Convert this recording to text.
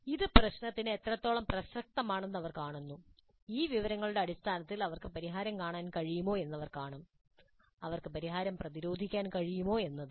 അത് പ്രശ്നത്തിന് എത്രത്തോളം പ്രസക്തമാണെന്ന് അവർ കാണുന്നു ഈ വിവരങ്ങളുടെ അടിസ്ഥാനത്തിൽ അവർക്ക് പരിഹാരം കാണാൻ കഴിയുമോ എന്ന് അവർ കാണും അവർക്ക് പരിഹാരം പ്രതിരോധിക്കാൻ കഴിയുമോ എന്നത്